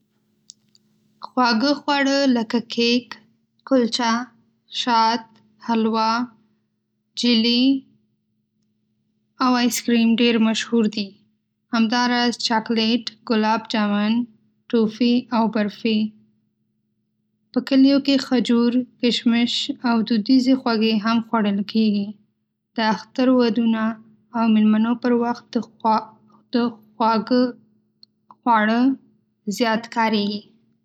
خواږه خواړه لکه کیک، کلچه، شات، حلوه، جېلي، او آیسکریم ډېر مشهور دي. همداراز چاکلېټ، ګلاب جامن، توفي، او برفي. په کلیو کې خجور، کشمش او دودیزې خوږې هم خوړل کېږي. د اختر، ودونو او میلمنو پر وخت دا خواږه خواړه زیات کارېږي.